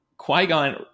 Qui-Gon